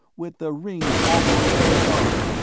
with the rings almost edge-on.